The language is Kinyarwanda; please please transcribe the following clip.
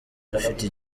dufite